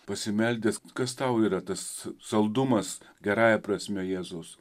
pasimeldęs kas tau yra tas saldumas gerąja prasme jėzaus